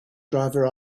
driver